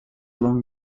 along